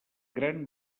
gran